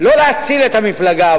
לא להציל את המפלגה,